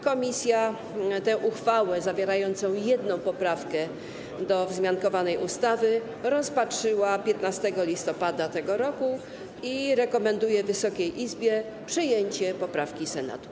Komisja tę uchwałę, zawierającą jedną poprawkę do wzmiankowanej ustawy, rozpatrzyła 15 listopada tego roku i rekomenduje Wysokiej Izbie przyjęcie poprawki Senatu.